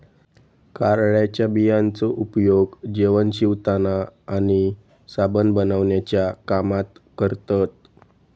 कारळ्याच्या बियांचो उपयोग जेवण शिवताना आणि साबण बनवण्याच्या कामात करतत